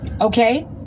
Okay